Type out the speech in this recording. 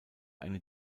eine